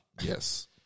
yes